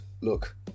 look